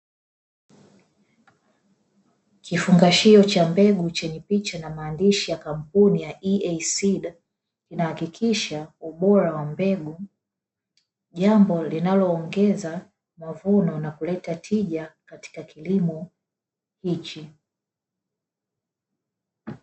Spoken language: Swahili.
Kifungashio cha mbegu chenye picha na maandishi ya kampuni ya "EASEED", inahakikisha ubora wa mbegu, jambo linaloongeza mavuno na kuleta tija katika kilimo hichi.